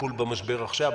הטיפול במשבר עכשיו,